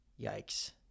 yikes